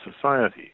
society